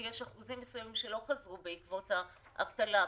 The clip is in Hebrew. יש אחוזים מסוימים שלא חזרו בעקבות האבטלה,